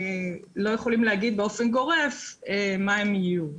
לא יכולים להגיד באופן גורף מה הן יהיו.